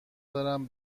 دارم